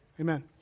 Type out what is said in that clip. Amen